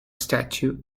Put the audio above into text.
statute